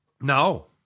No